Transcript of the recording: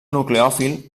nucleòfil